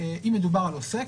אם מדובר על עוסק,